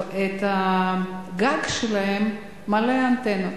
הגג שלהם מלא אנטנות.